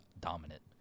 dominant